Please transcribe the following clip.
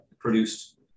produced